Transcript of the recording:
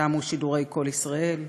תמו שידורי קול ישראל,